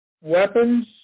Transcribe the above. weapons